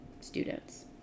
students